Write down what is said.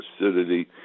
acidity